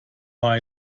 war